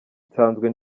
nsanzwe